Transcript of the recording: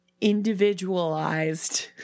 individualized